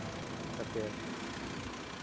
ᱛᱟᱛᱮ